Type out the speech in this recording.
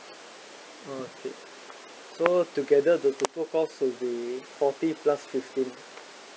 okay so together the total cost will be forty plus fifteen